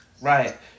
right